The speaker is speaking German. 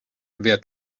wer